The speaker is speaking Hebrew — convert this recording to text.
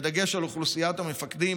בדגש על אוכלוסיית המפקדים,